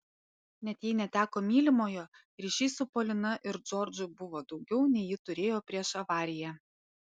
net jei neteko mylimojo ryšys su polina ir džordžu buvo daugiau nei ji turėjo prieš avariją